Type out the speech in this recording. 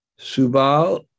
Subal